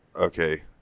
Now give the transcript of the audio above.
okay